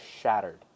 shattered